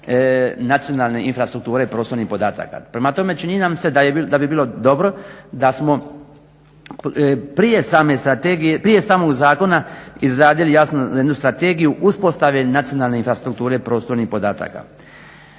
nacionalne infrastrukture prostornih podataka. Prema tome, čini nam se da bi bilo dobro da smo prije samog zakona izradili jasno jednu strategiju uspostave nacionalne infrastrukture prostornih podataka.